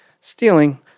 stealing